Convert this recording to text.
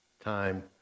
time